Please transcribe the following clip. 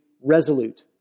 resolute